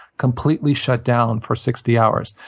completely shut down for sixty hours.